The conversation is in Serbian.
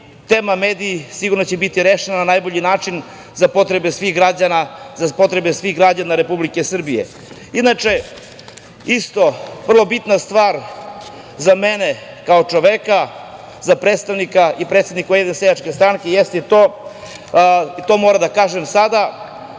tema „mediji“ sigurno će biti rešena na najbolji način za potrebe svih građana Republike Srbije. Inače, isto vrlo bitna stvar za mene kao čoveka, za predstavnika i predsednika Ujedinjene seljačke stranke jeste to, to moram da kažem sada,